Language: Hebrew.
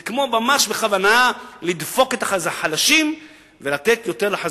זה כמו ממש בכוונה לדפוק את החלשים ולתת יותר לחזקים.